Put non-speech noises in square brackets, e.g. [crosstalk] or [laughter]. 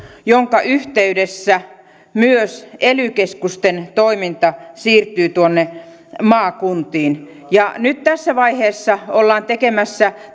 jonka yhteydessä myös ely keskusten toiminta siirtyy tuonne maakuntiin ja nyt tässä vaiheessa ollaan tekemässä [unintelligible]